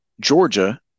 Georgia